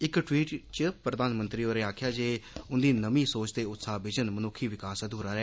इक ट्वीट च प्रधानमंत्री होरें आक्खेआ जे उंदी नमीं सोच ते उत्साह बिजन मनुक्खी विकास अधूरा ऐ